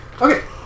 Okay